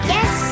Yes